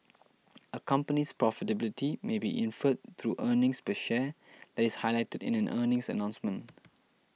a company's profitability may be inferred through earnings per share that is highlighted in an earnings announcement